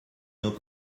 nos